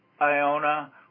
Iona